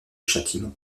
châtiment